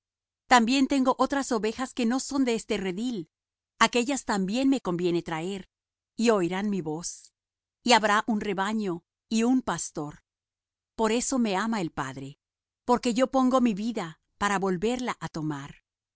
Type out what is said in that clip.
también tengo otras ovejas que no son de este redil aquéllas también me conviene traer y oirán mi voz y habrá un rebaño y un pastor por eso me ama el padre porque yo pongo mi vida para volverla á tomar